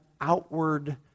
outward